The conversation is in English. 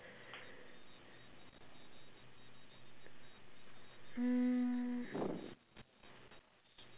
mm